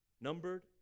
Numbered